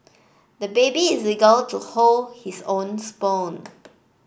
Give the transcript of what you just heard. the baby is eager to hold his own spoon